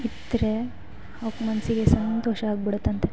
ಇದ್ದರೆ ಅವ್ಕೆ ಮನಸ್ಸಿಗೆ ಸಂತೋಷ ಆಗಿಬಿಡತ್ತಂತೆ